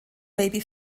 baby